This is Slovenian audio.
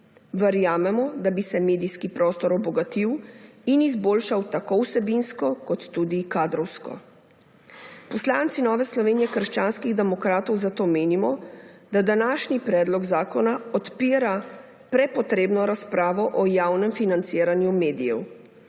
Verjamemo, da bi se medijski prostor obogatil in izboljšal tako vsebinsko kot tudi kadrovsko. Poslanci Nove Slovenije – krščanski demokrati zato menimo, da današnji predlog zakona odpira prepotrebno razpravo o javnem financiranju medijev.